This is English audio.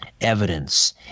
evidence